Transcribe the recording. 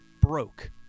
broke